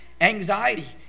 anxiety